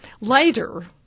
Later